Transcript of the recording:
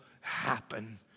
happen